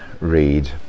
read